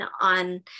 on